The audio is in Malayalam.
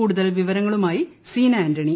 കൂടുതൽ വിവരങ്ങളുമായി സീന ആന്റണി